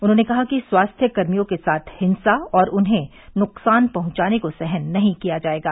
उन्होंने कहा कि स्वास्थ्यकर्मियों के साथ हिंसा और उन्हें नुकसान पहुंचाने को सहन नहीं किया जाएगा